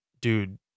dude